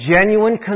genuine